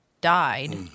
died